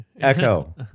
Echo